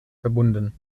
verbunden